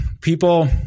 People